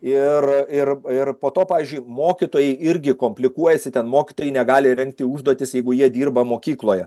ir ir ir po to pavyzdžiui mokytojai irgi komplikuojasi ten mokytojai negali rengti užduotis jeigu jie dirba mokykloje